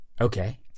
Okay